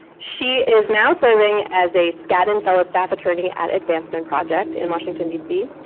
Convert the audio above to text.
she is now serving as a skadden fellow staff attorney at advancement project in washington, dc,